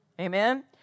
Amen